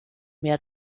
mehr